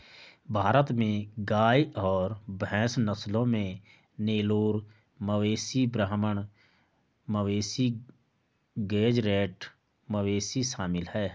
भारत में गाय और भैंस नस्लों में नेलोर मवेशी ब्राह्मण मवेशी गेज़रैट मवेशी शामिल है